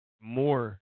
more